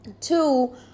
Two